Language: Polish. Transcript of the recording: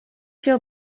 się